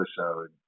episode